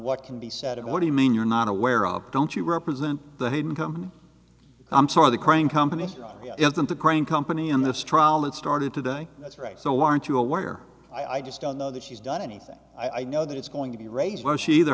what can be said and what do you mean you're not aware of don't you represent the hidden company i'm sorry the crane company isn't the grain company in this trial that started today that's right so why aren't you aware i just don't know that she's done anything i know that it's going to be raised where she either